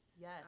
yes